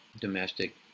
domestic